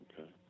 Okay